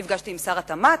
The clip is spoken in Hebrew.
נפגשתי עם שר התמ"ת,